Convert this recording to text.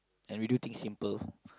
and we do things simple